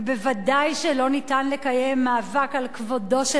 וודאי שלא ניתן לקיים מאבק על כבודו של